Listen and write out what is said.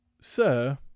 Sir